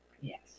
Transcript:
Yes